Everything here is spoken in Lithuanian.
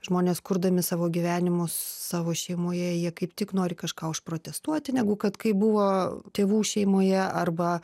žmonės kurdami savo gyvenimus savo šeimoje jie kaip tik nori kažką užprotestuoti negu kad kai buvo tėvų šeimoje arba